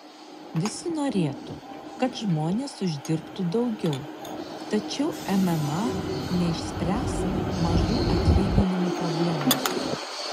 visi norėtų kad žmonės uždirbtų daugiau tačiau mma neišspręs mažų atlyginimų problemos